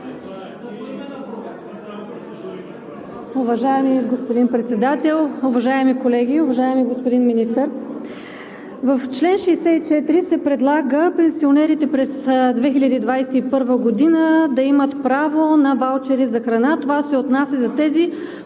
Уважаеми господин Председател, уважаеми колеги, уважаеми господин Министър! В чл. 64 се предлага пенсионерите през 2021 г. да имат право на ваучери за храна. Това се отнася за тези,